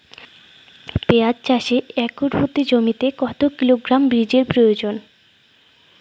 পেঁয়াজ চাষে একর প্রতি জমিতে কত কিলোগ্রাম বীজের প্রয়োজন?